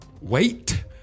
wait